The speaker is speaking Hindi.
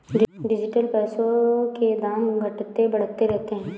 डिजिटल पैसों के दाम घटते बढ़ते रहते हैं